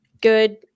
good